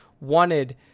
wanted